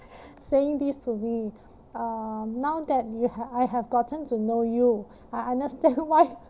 saying this to me uh now that you ha~ I have gotten to know you I understand why